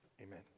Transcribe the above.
amen